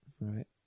Right